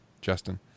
Justin